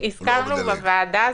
הזכרנו בוועדה,